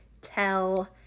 tell